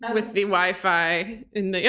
and with the wi-fi in